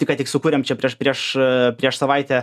tik ką tik sukūrėm čia prieš prieš prieš savaitę